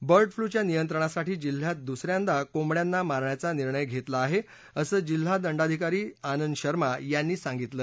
bird flu च्या नियंत्रणासाठी जिल्ह्यात दुसऱ्यांदा कोंबङ्याना मारण्याचा निर्णय घेण्यात आला आहे असं जिल्हा दंडाधिकारी आनंद शर्मा यांनी सांगितलं